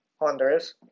Honduras